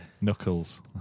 Knuckles